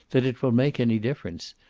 that it will make any difference.